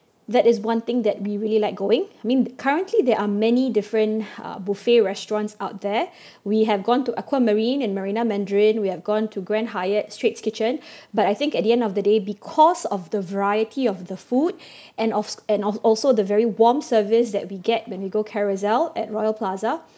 that is one thing that we really like going I mean currently there are many different uh buffet restaurants out there we have gone to aquamarine and marina mandarin we have gone to grand Hyatt straits kitchen but I think at the end of the day because of the variety of the food and offs~ and of also the very warm service that we get when we go carousel at royal plaza